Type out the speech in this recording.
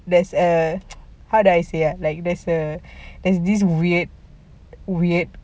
there's a how do I say there's a this weird weird